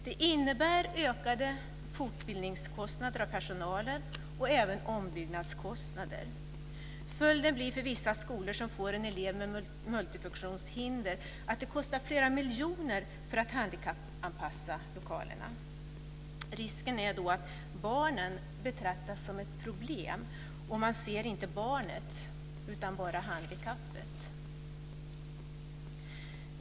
Det innebär ökade kostnader för fortbildning av personalen och även ombyggnadskostnader. Följden blir för vissa skolor som får en elev med multifunktionshinder att det kostar flera miljoner att handikappanpassa lokalerna. Risken är då att barnen betraktas som ett problem. Man ser inte barnet utan bara handikappet.